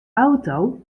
auto